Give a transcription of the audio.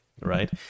right